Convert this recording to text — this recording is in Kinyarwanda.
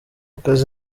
kazi